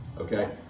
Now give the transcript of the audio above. Okay